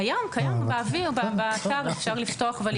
קיים, הוא באוויר, באתר, אפשר לפתוח ולהסתכל.